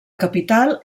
capital